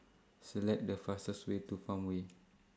Select The fastest Way to Farmway